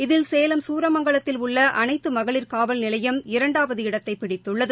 இதில் சேலம் சூரமங்கலத்தில் உள்ள அனைத்து மகளிர் காவல் நிலையம் இரண்டாவது இடத்தை பிடித்துள்ளது